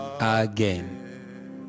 again